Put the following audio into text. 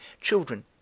children